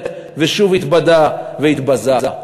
ושוב התבדה והתבזה.